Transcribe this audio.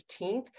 15th